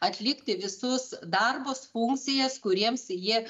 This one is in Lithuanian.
atlikti visus darbus funkcijas kuriems jie